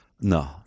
no